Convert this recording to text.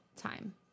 time